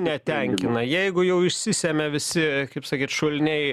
netenkina jeigu jau išsisėmė visi kaip sakyt šuliniai